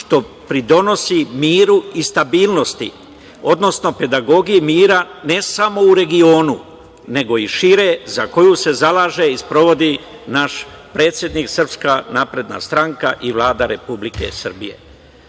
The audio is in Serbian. što pridonosi miru i stabilnosti, odnosno pedagogiji mira ne samo u regionu, nego i šire, za koju se zalaže i sprovodi naš predsednik, SNS i Vlada Republike Srbije. Uvaženi